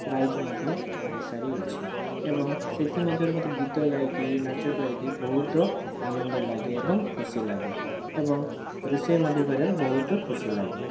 prize ମଧ୍ୟ ଆଣିସାରି ଅଛି ଏବଂ ସେଥିମଧ୍ୟରୁ ମୋତେ ଗୀତ ଗାଇକି ନାଚ କରିକି ବହୁତ ଆନନ୍ଦ ଲାଗେ ଏବଂ ଖୁସି ଲାଗେ ଏବଂ ରୋଷେଇ ମଧ୍ୟ କରିବାରେ ବହୁତ ଖୁସି ଲାଗେ